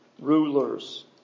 Rulers